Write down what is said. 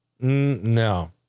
No